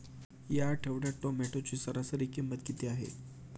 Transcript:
या आठवड्यात टोमॅटोची सरासरी किंमत किती आहे?